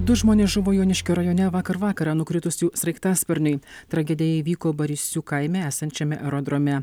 du žmonės žuvo joniškio rajone vakar vakarą nukritus jų sraigtasparniui tragedija įvyko barysių kaime esančiame aerodrome